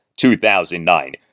2009